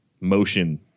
motion